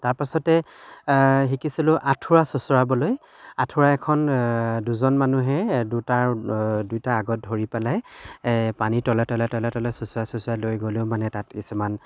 তাৰপাছতে শিকিছিলোঁ আঁঠুৱা চোঁচৰাবলৈ আঁঠুৱা এখন দুজন মানুহে দুটা দুটা আগত ধৰি পেলাই পানীৰ তলে তলে তলে তলে চোঁচৰাই চোঁচৰাই লৈ গ'লেও মানে তাত কিছুমান